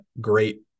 great